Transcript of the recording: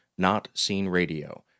notseenradio